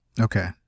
Okay